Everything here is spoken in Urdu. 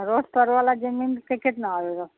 روڈ پر والا زمین کے کتنا آئے گا